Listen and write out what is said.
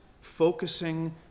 focusing